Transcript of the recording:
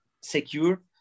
secure